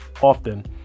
often